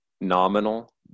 nominal